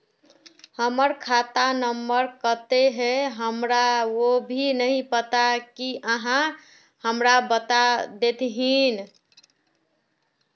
हमर खाता नम्बर केते है हमरा वो भी नहीं पता की आहाँ हमरा बता देतहिन?